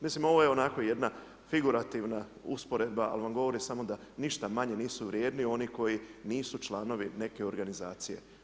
Mislim ovo je onako jedna figurativna usporedba, ali vam govori, samo da ništa manje nisu vrijedni oni koji nisu članovi neke organizacije.